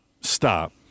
stop